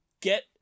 get